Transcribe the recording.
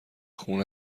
خون